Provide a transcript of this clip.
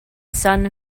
sun